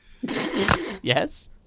yes